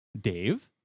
Dave